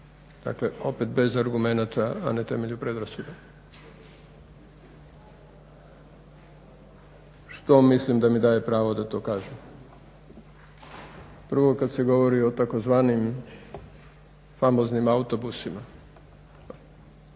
Dakle bez argumenata a na temelju predrasuda što mislim da mi daje pravo da to kažem. Prvo, kada se govori o tzv. famoznim autobusima.